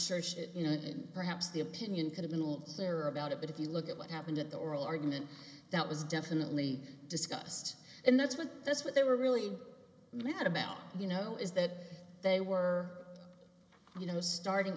shit you know and perhaps the opinion could've been all of their about it but if you look at what happened at the oral argument that was definitely discussed and that's what that's what they were really mad about you know is that they were you know starting